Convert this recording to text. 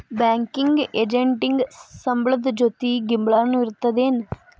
Banking ಎಜೆಂಟಿಗೆ ಸಂಬ್ಳದ್ ಜೊತಿ ಗಿಂಬ್ಳಾನು ಇರ್ತದೇನ್?